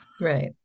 Right